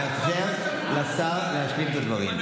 לתת לשר להציג את הדברים.